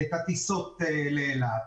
את הטיסות לאילת,